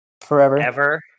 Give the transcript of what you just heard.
forever